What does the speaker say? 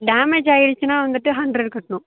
damage ஆகிடுச்சுனா வந்துட்டு hundred கட்டணும்